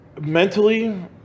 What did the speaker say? mentally